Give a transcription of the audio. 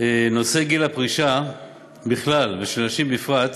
נושא גיל הפרישה בכלל ושל נשים בפרט